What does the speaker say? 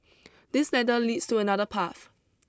this ladder leads to another path